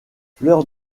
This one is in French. fleur